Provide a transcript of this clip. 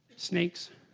snakes